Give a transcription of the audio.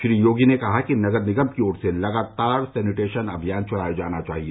श्री योगी ने कहा कि नगर निगम की ओर से लगातार सैनिटेशन अभियान चलाया जाना चाहिए